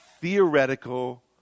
theoretical